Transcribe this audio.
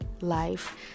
life